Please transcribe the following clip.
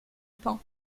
paon